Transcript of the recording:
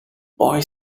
boy